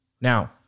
Now